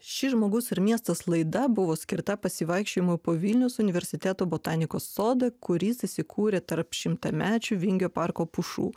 ši žmogus ir miestas laida buvo skirta pasivaikščiojimui po vilniaus universiteto botanikos sodą kuris įsikūrė tarp šimtamečių vingio parko pušų